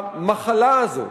המחלה הזאת,